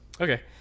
Okay